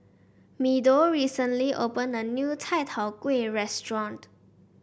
Meadow recently opened a new Chai Tow Kway Restaurant